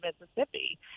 Mississippi